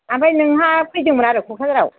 ओमफ्राय नोंहा फैदोंमोन आरो क'क्राझाराव